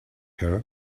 her